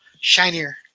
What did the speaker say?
shinier